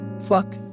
Fuck